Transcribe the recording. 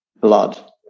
blood